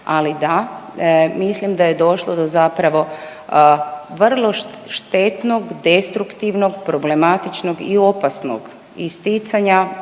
ali da, mislim da je došlo do zapravo vrlo štetnog, destruktivnog, problematičnog i opasnog isticanja